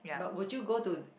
but would you go to